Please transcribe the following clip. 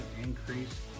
increase